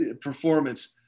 performance